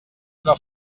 una